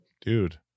Dude